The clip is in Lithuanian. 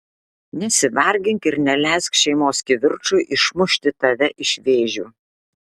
nesivargink ir neleisk šeimos kivirčui išmušti tave iš vėžių